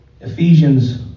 Ephesians